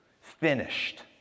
Finished